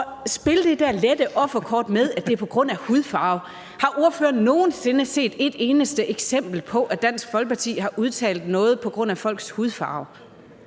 det der lette offerkort med, at det er på grund af hudfarve. Har ordføreren nogen sinde set et eneste eksempel på, at Dansk Folkeparti har udtalt noget på grund af folks hudfarve?